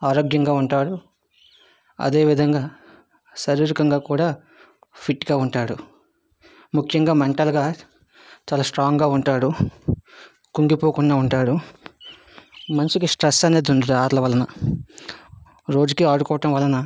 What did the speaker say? ఆరోగ్యంగా ఉంటాడు అదే విధంగా శారీరకంగా కూడా ఫిట్గా ఉంటాడు ముఖ్యంగా మెంటల్గా చాలా స్ట్రాంగ్గా ఉంటాడు కృంగిపోకుండా ఉంటాడు మనిషికి స్ట్రెస్ అనేది ఉండదు ఆటల వలన రోజుకి ఆడుకోవడం వలన